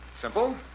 Simple